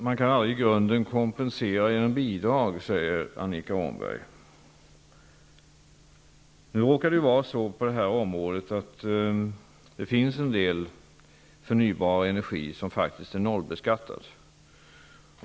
Fru talman! Man kan aldrig kompensera med bidrag, säger Annika Åhnberg. Nu råkar det vara så på det här området att det finns en del förnybara energislag som faktiskt är nollbeskattade.